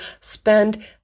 spend